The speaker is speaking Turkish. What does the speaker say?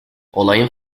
olayın